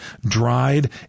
dried